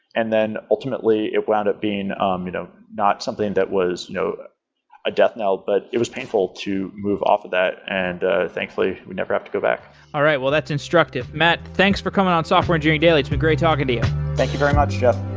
and then ultimately, it wind up being um you know not something that was a death nail, but it was painful to move off of that and ah thankfully we never have to go back all right. well that's instructive. matt, thanks for coming on software engineering daily. it's been great talking to you thank you very much, jeff